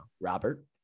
Robert